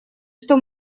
что